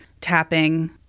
tapping